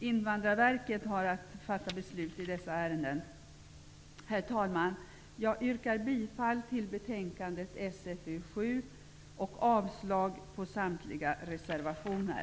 Invandrarverket har att fatta beslut i dessa ärenden. Herr talman! Jag yrkar bifall till utskottets hemställan i betänkandet SfU7 och avslag på samtliga reservationer.